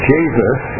Jesus